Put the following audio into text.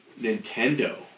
Nintendo